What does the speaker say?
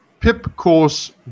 pipcourse